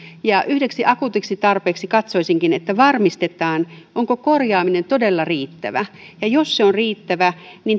yhdeksi akuutiksi tarpeeksi katsoisinkin että varmistetaan onko korjaaminen todella riittävä ja jos se on riittävä